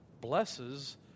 blesses